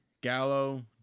gallo